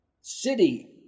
City